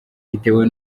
bitewe